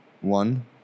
one